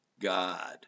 God